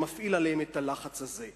שמפעיל עליהם את הלחץ הזה.